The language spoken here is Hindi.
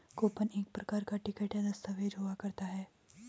कूपन एक प्रकार का टिकट या दस्ताबेज हुआ करता है